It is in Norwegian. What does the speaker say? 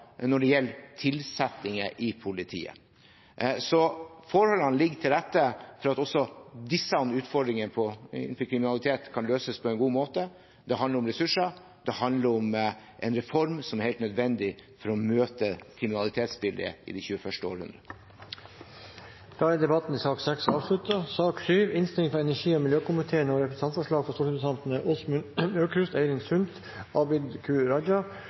når det gjelder tilsettinger i politiet. Så forholdene ligger til rette for at også disse utfordringene opp mot kriminalitet kan løses på en god måte. Det handler om ressurser, og det handler om en reform som er helt nødvendig for å møte kriminalitetsbildet i det 21. århundre. Da er debatten i sak nr. 6 avsluttet. Etter ønske fra energi- og miljøkomiteen